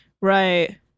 Right